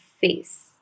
face